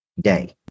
day